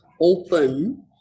open